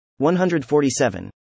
147